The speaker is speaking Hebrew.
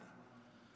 עאידה.